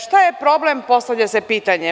Šta je problem, postavlja se pitanje.